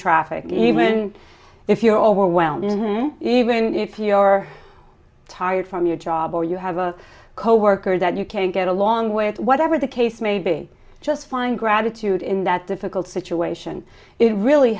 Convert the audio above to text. traffic even if you're overwhelmed even if your tired from your job or you have a coworker that you can't get along with whatever the case may be just fine gratitude in that difficult situation it really